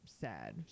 sad